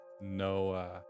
no